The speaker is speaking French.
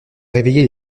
réveiller